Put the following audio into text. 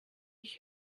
ich